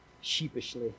sheepishly